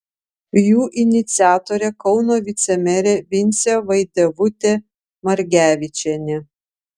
jų iniciatorė kauno vicemerė vincė vaidevutė margevičienė